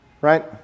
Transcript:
Right